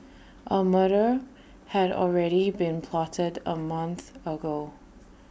A murder had already been plotted A month ago